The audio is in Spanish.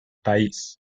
país